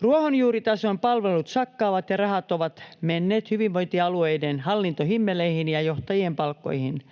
Ruohonjuuritason palvelut sakkaavat, ja rahat ovat menneet hyvinvointialueiden hallintohimmeleihin ja johtajien palkkoihin.